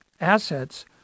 assets